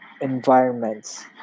environments